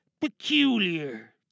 peculiar